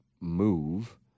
move